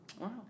wow